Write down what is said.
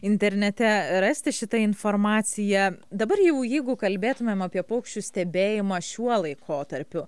internete rasti šitą informaciją dabar jau jeigu kalbėtumėm apie paukščių stebėjimą šiuo laikotarpiu